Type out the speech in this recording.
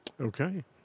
Okay